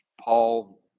Paul